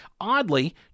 Oddly